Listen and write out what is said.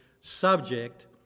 subject